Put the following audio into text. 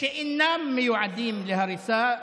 שאינם מיועדים להריסה,